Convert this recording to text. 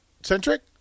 centric